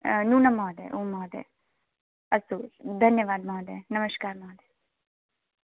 नूनं महोदय ओं महोदय अस्तु धन्यवादः महोदय नमस्कारः महोदय